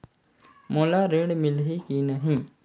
मोला ऋण मिलही की नहीं?